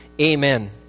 amen